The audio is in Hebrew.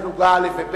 פלוגות א' וב',